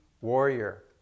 warrior